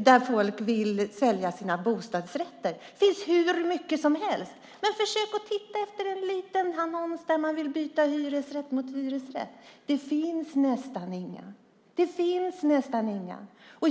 där folk vill sälja sina bostadsrätter. Det finns hur många som helst! Men försök titta efter en liten annons där man vill byta hyresrätt mot hyresrätt. Det finns nästan inga.